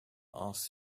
asked